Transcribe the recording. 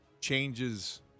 changes